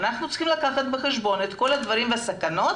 אנחנו צריכים לקחת בחשבון את כל הדברים והסכנות